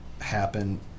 happen